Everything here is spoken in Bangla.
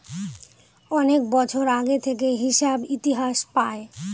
অনেক বছর আগে থেকে হিসাব ইতিহাস পায়